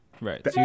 right